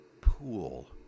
pool